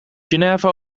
genève